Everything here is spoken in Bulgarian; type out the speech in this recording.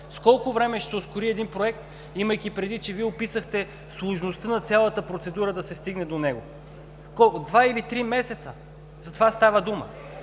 С колко време ще се ускори един проект, имайки предвид, че Вие описахте сложността на цялата процедура да се стигне до него? Колко? Два или три месеца. За това става дума.